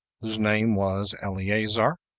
whose name was eleazar,